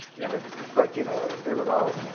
and ah but you know, if they were all,